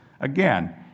again